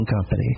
Company